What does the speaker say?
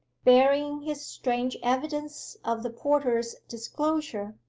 bearing his strange evidence of the porter's disclosure,